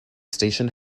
station